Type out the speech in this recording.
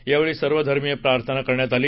यावेळी सर्वधर्मीय प्रार्थना करण्यात आली